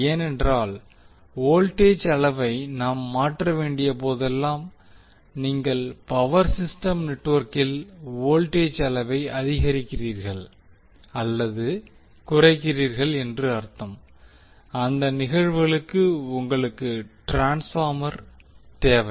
ஏனென்றால் வோல்டேஜ் அளவை நாம் மாற்ற வேண்டிய போதெல்லாம் நீங்கள் பவர் சிஸ்டம் நெட்வொர்க்கில் வோல்டேஜ் அளவை அதிகரிக்கிறீர்கள் அல்லது குறைக்கிறீர்கள் என்று அர்த்தம் அந்த நிகழ்வுகளுக்கு உங்களுக்கு ட்ரான்ஸ்பார்மர் தேவை